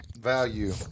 value